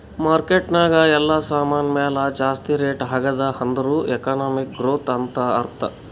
market ನಾಗ್ ಎಲ್ಲಾ ಸಾಮಾನ್ ಮ್ಯಾಲ ಜಾಸ್ತಿ ರೇಟ್ ಆಗ್ಯಾದ್ ಅಂದುರ್ ಎಕನಾಮಿಕ್ ಗ್ರೋಥ್ ಅಂತ್ ಅರ್ಥಾ